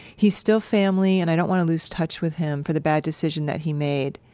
he's still family and i don't want to lose touch with him for the bad decision that he made.